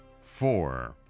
four